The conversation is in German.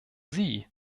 sie